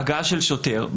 הגעה של שוטר.